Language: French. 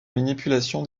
manipulation